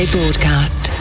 Broadcast